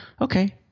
Okay